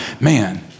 man